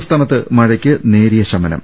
സംസ്ഥാനത്ത് മഴക്ക് നേരിയ ശമനം